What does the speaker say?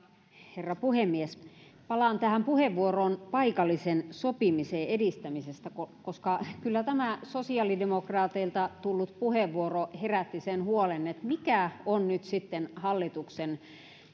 herra puhemies palaan tähän puheenvuoroon paikallisen sopimisen edistämisestä koska kyllä tämä sosiaalidemokraateilta tullut puheenvuoro herätti sen huolen että mikä on nyt sitten hallituksen